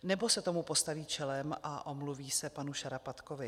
Nebo se tomu postaví čelem a omluví se panu Šarapatkovi?